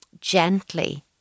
gently